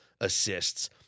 assists